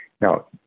Now